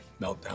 meltdown